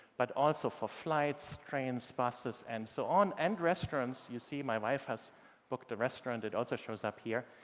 but also for flights, trains, busses, and so on, and restaurants you see my wife has booked a restaurant it also shows up here.